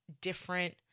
different